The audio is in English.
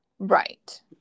Right